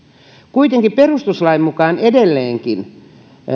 kuitenkin perustuslain mukaan edelleenkin